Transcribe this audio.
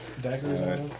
dagger